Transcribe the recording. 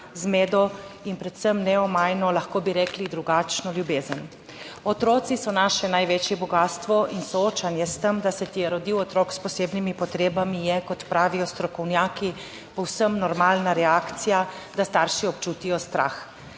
zmedo in predvsem neomajno, lahko bi rekli drugačno ljubezen. Otroci so naše največje bogastvo in soočanje s tem, da se ti je rodil otrok s posebnimi potrebami, je, kot pravijo strokovnjaki, povsem normalna reakcija, da starši občutijo strah.